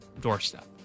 doorstep